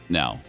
now